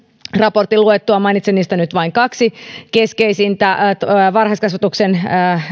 raportin luettua mainitsen niistä nyt vain kaksi keskeisintä